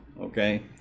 Okay